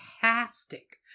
fantastic